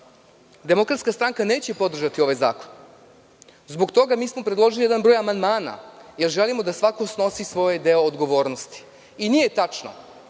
toga DS neće podržati ovaj zakon. Zbog toga smo mi predložili jedan broj amandmana, jer želimo da svako snosi svoj deo odgovornosti. I nije tačno,